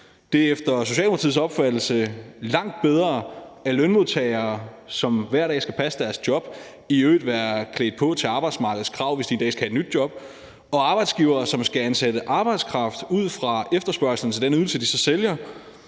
Det er efter Socialdemokratiets opfattelse langt bedre, at lønmodtagere, som hver dag skal passe deres job, er klædt på til arbejdsmarkedets krav, hvis de en dag skal have et nyt job. Og arbejdsgivere, som skal ansætte arbejdskraft ud fra efterspørgslen til den ydelse, de sælger,